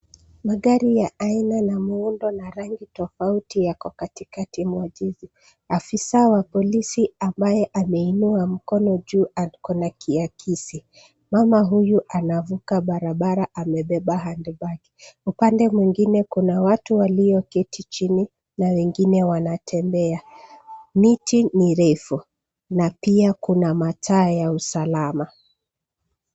Magari ya aina na muundo na rangi tofauti yako katikati mwa jiji. Afisa wa polisi ambaye ameinua mkono juu ako na kiakisi. Mama huyu anavuka barabara amebeba handbag . Upande mwingine kuna watu walioketi chini na wengine wanatembea. Miti mirefu, na pia kuna mataa ya usalama.